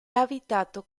abitato